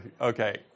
okay